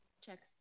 checks